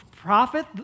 profit